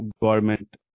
government